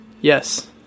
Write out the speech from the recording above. Yes